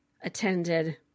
attended